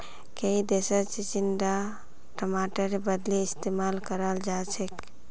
कई देशत चिचिण्डा टमाटरेर बदली इस्तेमाल कराल जाछेक